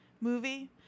movie